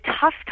tough